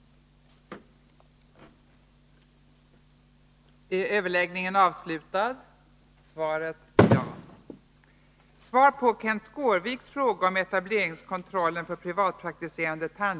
30 maj 1983